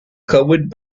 covered